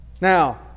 Now